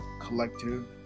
collective